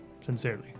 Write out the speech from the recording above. Sincerely